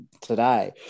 today